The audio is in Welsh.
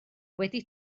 wedi